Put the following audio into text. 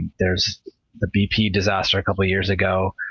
there's the bp disaster a couple years ago.